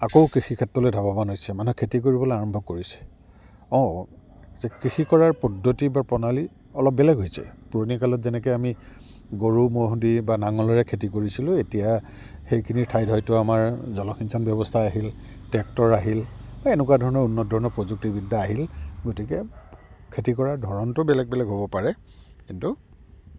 আকৌ কৃষি ক্ষেত্ৰলৈ ধাৱবান হৈছে মানুহে খেতি কৰিবলৈ আৰম্ভ কৰিছে অঁ যে কৃষি কৰাৰ পদ্ধতি বা প্ৰণালী অলপ বেলেগ হৈছে পুৰণি কালত যেনেকে আমি গৰু ম'হ দি বা নাঙলেৰে খেতি কৰিছিলোঁ এতিয়া সেইখিনিৰ ঠাইত হয়তো আমাৰ জলসিঞ্চন ব্যৱস্থা আহিল ট্ৰেক্টৰ আহিল এনেকুৱা ধৰণৰ উন্নত ধৰণৰ প্ৰযুক্তিবিদ্যা আহিল গতিকে খেতি কৰাৰ ধৰণটো বেলেগ বেলেগ হ'ব পাৰে কিন্তু